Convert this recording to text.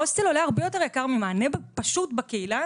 הוסטל הרבה יותר יקר ממענה פשוט בקהילה